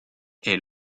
est